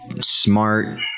smart